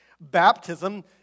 baptism